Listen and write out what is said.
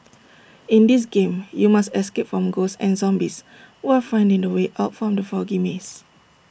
in this game you must escape from ghosts and zombies while finding the way out from the foggy maze